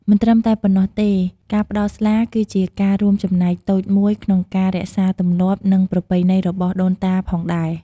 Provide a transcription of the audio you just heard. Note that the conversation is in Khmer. មិនត្រឹមតែប៉ុណ្ណោះទេ ការផ្តល់ស្លាគឺជាការរួមចំណែកតូចមួយក្នុងការរក្សាទម្លាប់ និងប្រពៃណីរបស់ដូនតាផងដែរ។